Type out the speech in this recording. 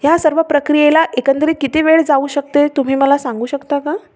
ह्या सर्व प्रक्रियेला एकंदरीत किती वेळ जाऊ शकते तुम्ही मला सांगू शकता का